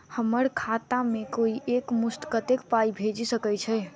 हम्मर खाता मे कोइ एक मुस्त कत्तेक पाई भेजि सकय छई?